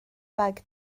bag